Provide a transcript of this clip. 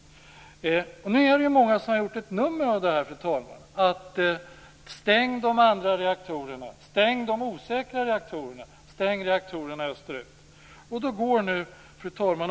Fru talman! Många har gjort ett nummer av att man skall stänga de andra reaktorerna. Stäng de osäkra reaktorerna! Stäng reaktorerna österut! har man sagt.